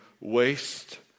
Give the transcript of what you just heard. waste